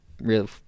real